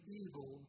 evil